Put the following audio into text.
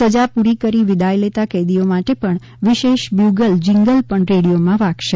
સજા પૂરી કરી વિદાય લેતા કેદીઓ માટે વિશેષ બ્યૂગલ જિંગલ પણ રેડિયોમાં વાગશે